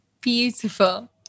beautiful